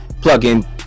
plug-in